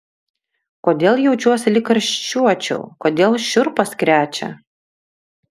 kodėl jaučiuosi lyg karščiuočiau kodėl šiurpas krečia